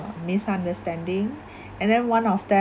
misunderstanding and then one of them